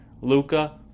Luca